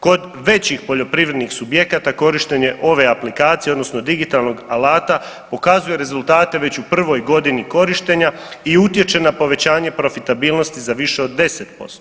Kod većih poljoprivrednih subjekata korištenje ove aplikacije odnosno digitalnog alata pokazuje rezultate već u prvoj godini korištenja i utječe na povećanje profitabilnosti za više od 10%